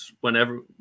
whenever